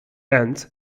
and